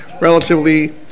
relatively